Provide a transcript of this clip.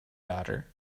daughter